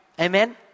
Amen